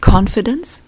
Confidence